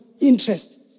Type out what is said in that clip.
interest